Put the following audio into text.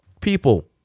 people